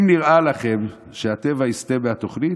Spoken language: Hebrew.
אם נראה לכם שהטבע יסטה מהתוכנית,